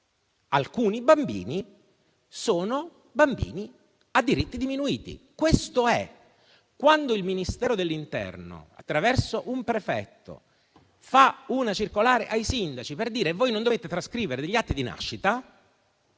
alcuni sono bambini a diritti diminuiti. Quando il Ministero dell'interno, attraverso un prefetto, fa una circolare ai sindaci per dire di non trascrivere degli atti di nascita,